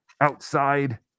outside